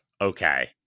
Okay